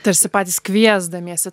tarsi patys kviesdamiesi